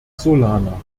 solana